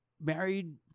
married